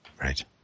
Right